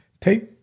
take